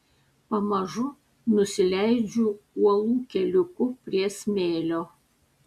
pamažu nusileidžiu uolų keliuku prie smėlio